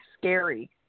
scary